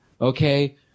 okay